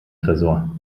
tresor